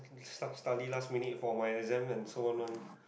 start study last minute for exam and so on one